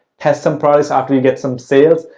test some products after you get some sales.